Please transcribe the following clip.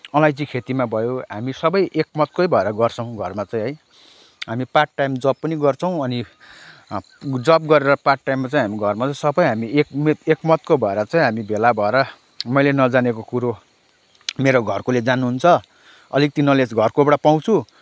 अलैँची खेतीमा भयो हामी सबै एक मतकै भएर गर्छौँ घरमा चाहिँ है हामी पार्ट टाइम जब पनि गर्छौँ अनि जब गरेर पार्ट टाइममा चाहिँ हामी घरमा चाहिँ सबै हामी एक मतको भएर चाहिँ हामी भेला भएर मैले नजानेको कुरो मेरो घरकोले जान्नुहुन्छ अलिकति नलेज घरकोबाट पाउँछु